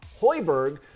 Hoiberg